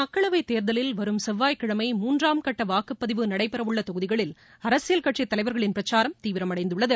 மக்களவைத் தேர்தலில் வரும் செவ்வாய் கிழமை மூன்றாம் கட்ட வாக்குப்பதிவு நடைபெறவுள்ள தொகுதிகளில் அரசியல் கட்சித் தலைவர்களின் பிரசாரம் தீவிரமடைந்துள்ளது